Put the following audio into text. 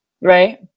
Right